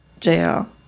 JL